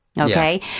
Okay